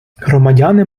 громадяни